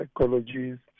psychologists